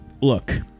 look